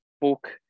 book